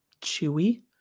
chewy